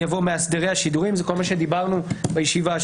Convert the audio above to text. יבוא "מאסדרי השידורים"; זה כל מה שדיברנו בישיבה,